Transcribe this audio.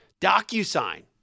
DocuSign